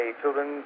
children